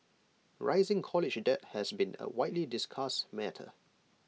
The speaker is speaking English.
rising college debt has been A widely discussed matter